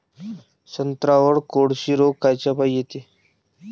संत्र्यावर कोळशी रोग कायच्यापाई येते?